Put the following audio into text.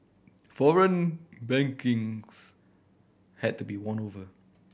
foreign bankings had to be won over